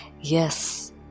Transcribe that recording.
Yes